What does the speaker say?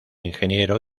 ingeniero